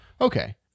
Okay